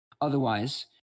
Otherwise